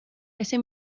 ese